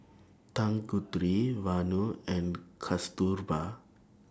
Tanguturi Vanu and Kasturba